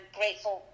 grateful